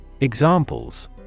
Examples